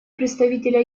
представителя